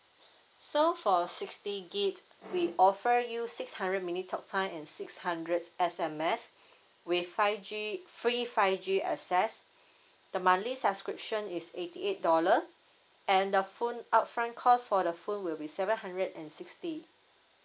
so for sixty gig we offer you six hundred minute talk time and six hundred S_M_S with five G free five G access the monthly subscription is eighty eight dollar and the phone upfront cost for the phone will be seven hundred and sixty